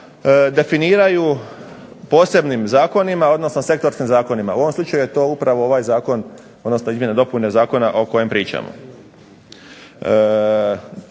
definiraju posebnim zakonima, odnosno sektorskim zakonima, u ovom slučaju je tu ovaj zakon odnosno izmjene i dopune zakona o kojem pričamo.